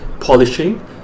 polishing